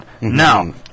Now